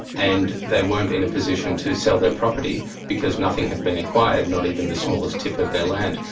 and they weren't in a position to sell their property because nothing had been acquired, not even the smallest tip of their land.